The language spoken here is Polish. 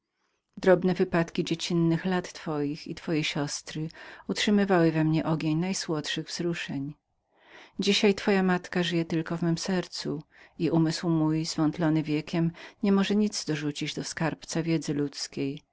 drobne wypadki dziecinnych lat twoich i twojej siostry utrzymywały we mnie ogień najsłodszych wzruszeń dzisiaj twoja matka żyje tylko w mem sercu i umysł mój zwątlony wiekiem nie może nic dorzucić do skarbca wiedzy ludzkiej